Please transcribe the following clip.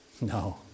No